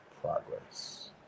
progress